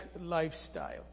lifestyle